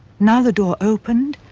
now the door opened.